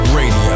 Radio